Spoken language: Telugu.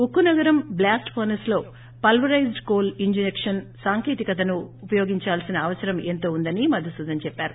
ఉక్కునగరం బ్లాస్ట్ ఫర్పెస్ లో పల్సరైజ్డ్ కోల్ ఇంజకన్ సాంకేతికతను ఉపయోగిందాల్సిన అవసరం ఎంతో ఉందని మధుసూదన్ చెప్పారు